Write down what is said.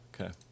Okay